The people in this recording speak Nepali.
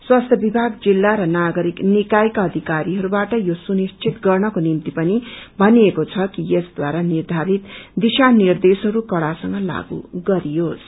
स्वास्थ्य विभाग जिल्ला र नागरिक निकायाका अधिकरीहरूबाट यो सुनिश्चित गर्नको निम्ति पनि भनिएको छ कि यसद्वारा निर्थारित दिशानिर्देशहरू कड़ासंग लागू गरियोस